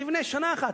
תבנה שנה אחת,